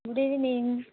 good evening